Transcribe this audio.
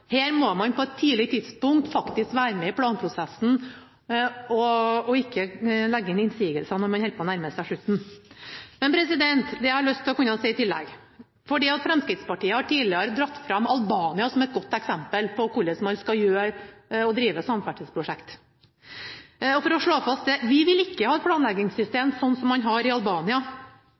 Her må man på et tidlig tidspunkt faktisk være med i planprosessen og ikke legge inn innsigelser når man holder på å nærme seg slutten. Det er noe jeg har lyst til å si i tillegg til dette. Fremskrittspartiet har tidligere dratt fram Albania som et godt eksempel på hvordan man skal drive samferdselsprosjekt. For å slå dette fast: Vi vil ikke ha et planleggingssystem som det man har i Albania.